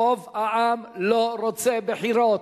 רוב העם לא רוצה בחירות.